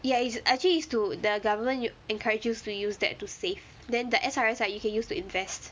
ya is actually is to the government you encourages you to use that to save then the S_R_S right you can use to invest